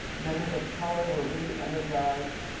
members of color were re-energized.